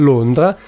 Londra